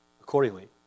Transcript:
accordingly